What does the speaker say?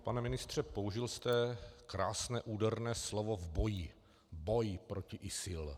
Pane ministře, použil jste krásné úderné slovo v boji boj proti ISIL.